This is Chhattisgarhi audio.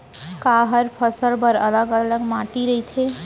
का हर फसल बर अलग अलग माटी रहिथे?